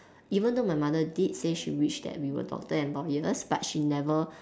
even though my mother did say she wish that we were doctor and lawyers but she never